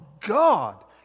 God